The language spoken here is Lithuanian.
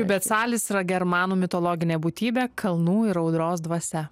riubetsalis yra germanų mitologinė būtybė kalnų ir audros dvasia